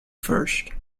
first